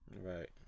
Right